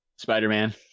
Spider-Man